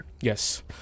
Yes